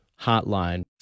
Hotline